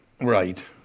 Right